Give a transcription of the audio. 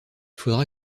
faudra